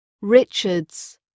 Richards